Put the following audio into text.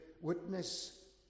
witness